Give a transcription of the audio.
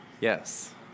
Yes